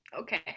okay